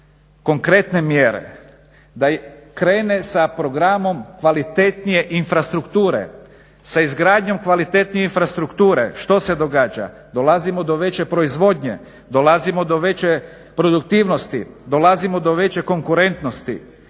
konkretne mjere, da krene sa programom kvalitetnije infrastrukture, sa izgradnjom kvalitetnije infrastrukture. Što se događa? Dolazimo do veće proizvodnje, dolazimo do veće produktivnosti, dolazimo do veće konkurentnosti,